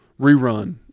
rerun